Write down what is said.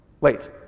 Wait